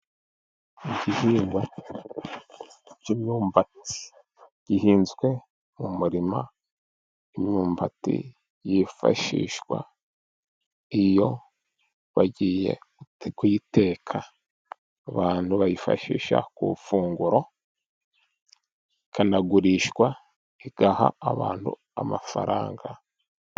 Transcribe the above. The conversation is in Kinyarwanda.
Igihingwa cy'imyumbati gihinzwe mu murima, imyumbati yifashishwa iyo wagiye kuyiteka, abantu bayifashisha ku ifunguro, ikanagurishwa igaha abantu amafaranga.